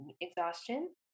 exhaustion